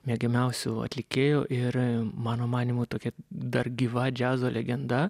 mėgiamiausių atlikėjų ir mano manymu tokia dar gyva džiazo legenda